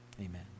Amen